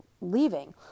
leaving